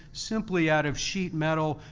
simply out of sheet metal.